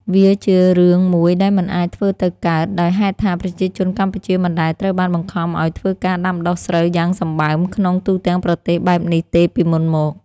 វាជារឿងមួយដែលមិនអាចធ្វើទៅកើត ដោយហេតុថាប្រជាជនកម្ពុជាមិនដែលត្រូវបានបង្ខំឱ្យធ្វើការដាំដុះស្រូវយ៉ាងសម្បើមក្នុង ទូទាំងប្រទេសបែបនេះទេពីមុនមក ។